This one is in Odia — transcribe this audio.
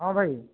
ହଁ ଭାଇ